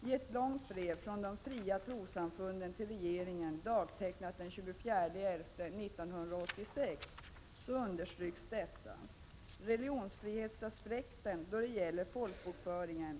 I ett långt brev från de fria trossamfunden till regeringen dagtecknat den 24 november 1986 understryks religionsfrihetsaspekten då det gäller folkbokföringen.